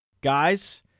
guys